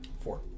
Four